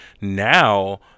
now